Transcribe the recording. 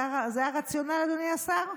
זה הרציונל, אדוני השר?